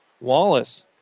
Wallace